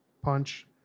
Punch